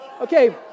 Okay